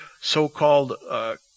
so-called